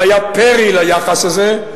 והיה פרי ליחס הזה,